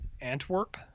Antwerp